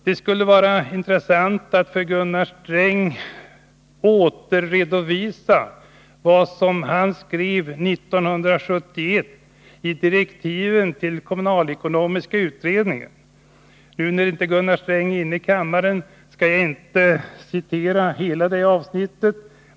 Det skulle vara intressant att för Gunnar Sträng återge vad han 1971 skrev i direktiven till den kommunalekonomiska utredningen. Då Gunnar Sträng inte är i kammaren, skall jag inte citera hela avsnittet.